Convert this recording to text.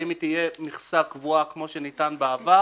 האם היא תהיה מכסה קבועה כמו שניתן בעבר,